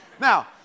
Now